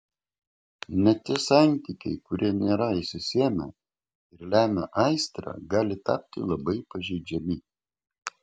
net tie santykiai kurie nėra išsisėmę ir lemia aistrą gali tapti labai pažeidžiami